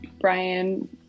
Brian